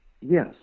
Yes